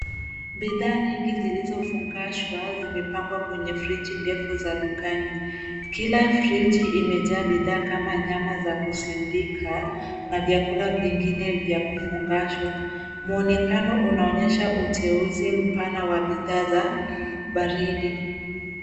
Bidhaa nyingi zilizofungashwa zimepangwa kwenye friji ndefu za dukani kila friji imejaa bidhaa kama nyama za kusindika na vyakula vingine vya kufungashwa mwonekano unaonyesha uteuzi mpana wa bidhaa za baridi.